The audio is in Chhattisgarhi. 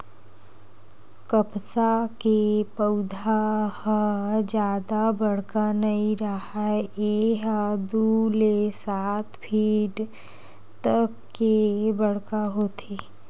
कपसा के पउधा ह जादा बड़का नइ राहय ए ह दू ले सात फीट तक के बड़का होथे